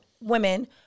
women